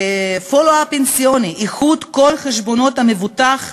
follow-up פנסיוני, איחוד כל חשבונות המבוטח,